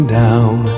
down